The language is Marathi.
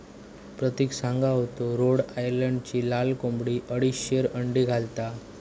प्रतिक सांगा होतो रोड आयलंडची लाल कोंबडी अडीचशे अंडी घालता